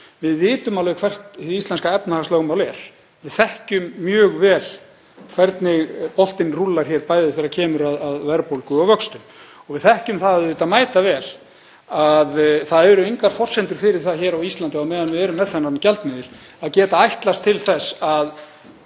Við vitum alveg hvert hið íslenska efnahagslögmál er, þekkjum mjög vel hvernig boltinn rúllar hér, bæði þegar kemur að verðbólgu og vöxtum. Við þekkjum það mætavel að það eru engar forsendur fyrir því á Íslandi, á meðan við erum með þennan gjaldmiðil, að geta ætlast til þess að